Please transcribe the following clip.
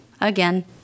again